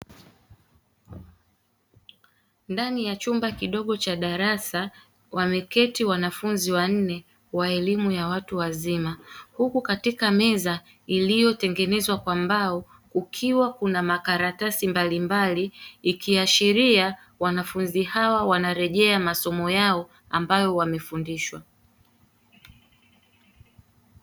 Ndani ya chumba kidogo cha darasa wameketi wanafunzi wanne waelimu ya watu wazima. Huku katika meza iliyotengenezwa kwa mbao kukiwa kuna makaratasi mbalimbali, ikiashiria wanafunzi hawa wanarejea masomo yao ambayo wamefundishwa.